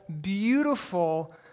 beautiful